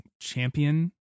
champion